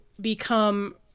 become